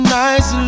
nice